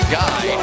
guy